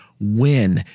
win